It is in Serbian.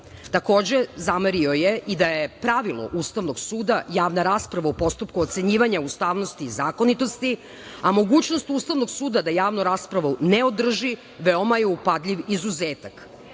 temu. Takođe, zamerio je i da je pravilo Ustavnog suda javna rasprava u postupku ocenjivanja ustavnosti i zakonitosti, a mogućnost Ustavnog suda da javnu raspravu ne održi veoma je upadljiv izuzetak. Ovo